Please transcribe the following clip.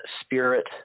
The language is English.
spirit